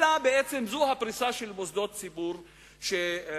אלא בעצם זו הפריסה של מוסדות ציבור שאנחנו